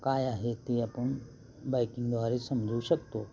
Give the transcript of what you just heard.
काय आहे ते आपण बायकिंगद्वारे समजू शकतो